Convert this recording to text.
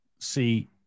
See